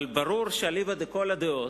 ברור שאליבא דכל הדעות,